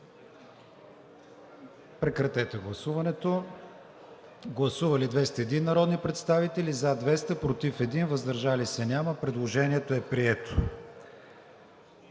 преномерацията. Гласували 201 народни представители: за 200, против 1, въздържали се няма. Предложението е прието.